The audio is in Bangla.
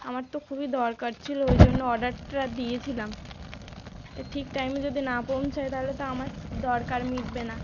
আমার তো খুবই দরকার ছিল ঐ জন্য অর্ডারটা দিয়েছিলাম ঠিক টাইমে যদি না পৌঁছায় তাহলে তো আমার দরকার মিটবে না